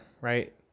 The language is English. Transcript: right